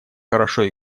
хорошо